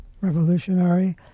revolutionary